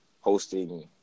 hosting